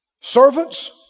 Servants